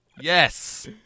Yes